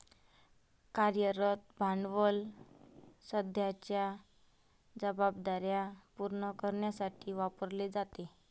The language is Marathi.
कार्यरत भांडवल सध्याच्या जबाबदार्या पूर्ण करण्यासाठी वापरले जाते